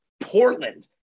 Portland